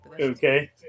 Okay